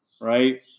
Right